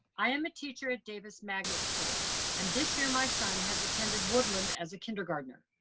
i am a teacher at davis magnet school and this year my son has attended woodland as a kindergartener.